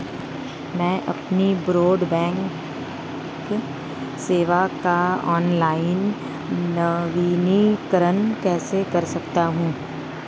मैं अपनी ब्रॉडबैंड सेवा का ऑनलाइन नवीनीकरण कैसे कर सकता हूं?